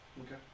Okay